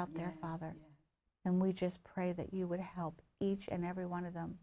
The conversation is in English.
out there father and we just pray that you would help each and every one of them